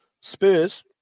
Spurs